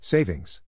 Savings